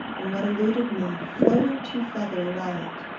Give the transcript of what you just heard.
than what eluded me, floating too feathery light.